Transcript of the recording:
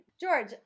George